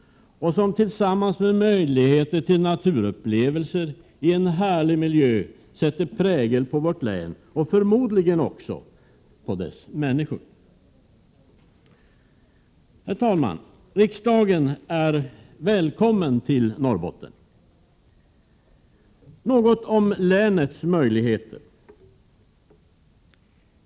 Tillsammans med möjligheter till naturupplevelser i en härlig miljö sätter det prägel på vårt län och förmodligen också på dess människor. Herr talman! Riksdagen är välkommen till Norrbotten. Något vill jag också säga om länets möjligheter.